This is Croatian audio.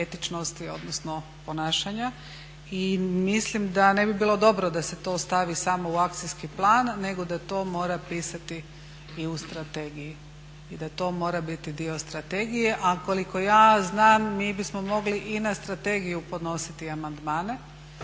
etičnosti odnosno ponašanja i mislim da ne bi bilo dobro da se to stavi samo u akcijski plan nego da to mora pisati i u strategiji i da to mora biti dio strategije. A koliko ja znam, mi bismo mogli i na strategiju podnositi amandmane,